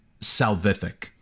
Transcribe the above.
salvific